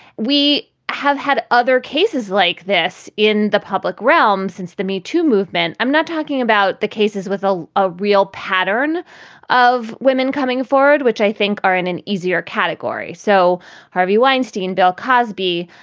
we have had other cases like this in the public realm since the metoo movement. i'm not talking about the cases with a ah real pattern of women coming forward, which i think are in an easier category. so harvey weinstein, bill cosby.